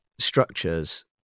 structures